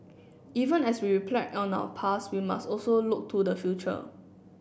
even as we reflect on our past we must also look to the future